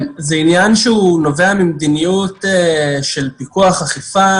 זה עניין שנובע ממדיניות פיקוח אכיפה